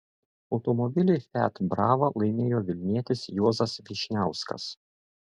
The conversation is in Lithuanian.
automobilį fiat brava laimėjo vilnietis juozas vyšniauskas